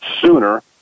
sooner